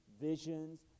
visions